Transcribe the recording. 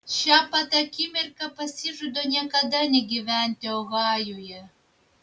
šią pat akimirką pasižadu niekada negyventi ohajuje